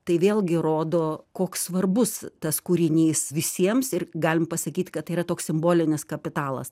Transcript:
tai vėlgi rodo koks svarbus tas kūrinys visiems ir galim pasakyt kad tai yra toks simbolinis kapitalas